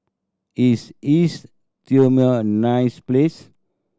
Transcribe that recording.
is East Timor nice place